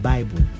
Bible